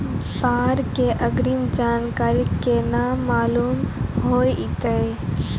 बाढ़ के अग्रिम जानकारी केना मालूम होइतै?